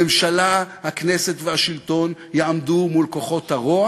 הממשלה, הכנסת והשלטון יעמדו מול כוחות הרוע